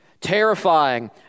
terrifying